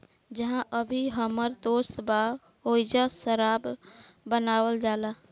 जाहा अभी हमर दोस्त बा ओइजा शराब बनावल जाला